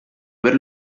per